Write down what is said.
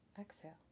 exhale